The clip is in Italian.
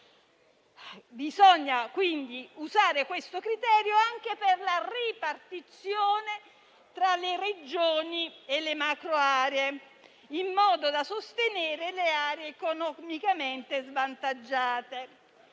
Bisogna quindi usare questo criterio anche per la ripartizione tra le Regioni e le macro aree, in modo da sostenere le aree economicamente svantaggiate.